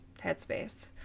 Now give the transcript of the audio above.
headspace